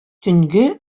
төнге